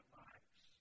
lives